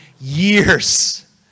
years